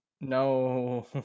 No